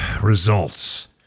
Results